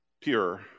pure